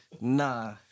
Nah